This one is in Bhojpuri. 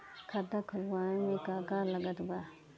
खाता खुलावे मे का का लागत बा?